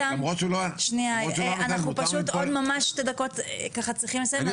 למרות שלא --- אנחנו פשוט עוד ממש שתי דקות צריכים לסיים.